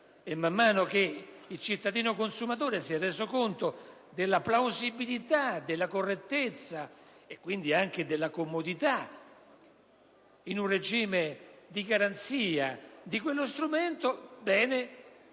e via via che il cittadino consumatore si è reso conto della plausibilità, della correttezza e, quindi, anche della comodità, in un regime di garanzia, di quello strumento, lo